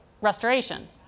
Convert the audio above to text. restoration